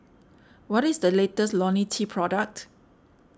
what is the latest Lonil T product